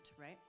right